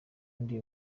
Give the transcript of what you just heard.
ndi